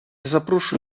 запрошую